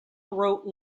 wrote